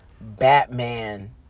Batman